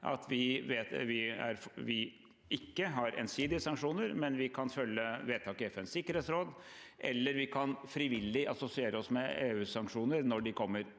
at vi ikke har ensidige sanksjoner, men vi kan følge vedtak i FNs sikkerhetsråd, eller vi kan frivillig assosiere oss med EUs sanksjoner, når de kommer.